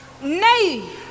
Nay